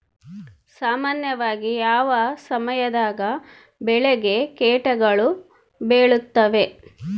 ಸಾಮಾನ್ಯವಾಗಿ ಯಾವ ಸಮಯದಾಗ ಬೆಳೆಗೆ ಕೇಟಗಳು ಬೇಳುತ್ತವೆ?